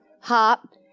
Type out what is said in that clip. hop